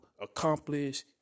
accomplish